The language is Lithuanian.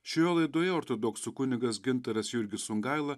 šioje laidoje ortodoksų kunigas gintaras jurgis sungaila